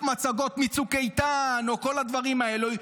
מצגות מצוק איתן או כל הדברים האלו,